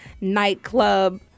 nightclub